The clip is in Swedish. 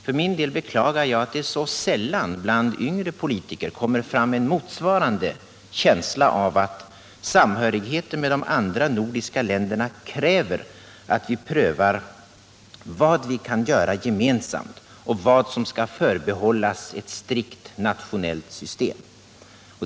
För min del beklagar jag att det så sällan bland yngre politiker kommer fram en motsvarande känsla av att samhörigheten med de andra nordiska länderna kräver att vi prövar vad vi kan göra gemensamt och vad som skall förbehållas ett strikt nationellt system.